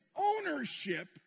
ownership